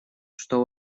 что